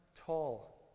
tall